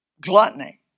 gluttony